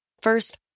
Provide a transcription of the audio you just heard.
First